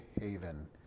haven